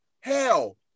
hell